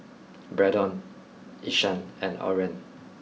Braedon Ishaan and Oren